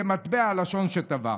כמטבע הלשון שטבע.